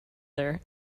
there